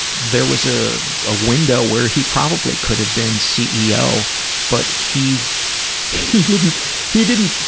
there was a ah window where he probably could have been ceo but he he didn't he didn't